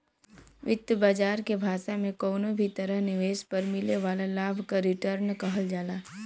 वित्त बाजार के भाषा में कउनो भी तरह निवेश पर मिले वाला लाभ क रीटर्न कहल जाला